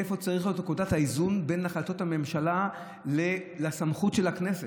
איפה צריכה להיות נקודת האיזון בין החלטות הממשלה לבין סמכות הכנסת.